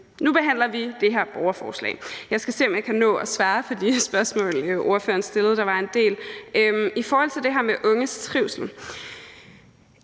nu behandler vi det her borgerforslag. Jeg skal se, om jeg kan nå at svare på de spørgsmål, ordføreren stillede. Der var en del. I forhold til det her med unges trivsel